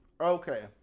Okay